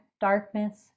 darkness